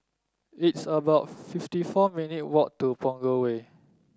it's about fifty four minute walk to Punggol Way